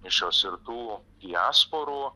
mišios ir tų diasporų